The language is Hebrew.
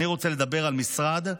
אני רוצה לדבר על משרד,